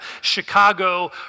Chicago